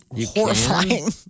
Horrifying